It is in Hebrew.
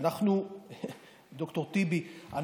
ד"ר טיבי,